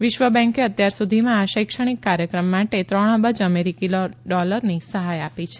વિશ્વ બેંકે અત્યાર સુધીમાં આ શૈક્ષણિક કાર્યક્રમ માટે ત્રણ અબજ અમેરીકી ડોલરની સહાય આપી છે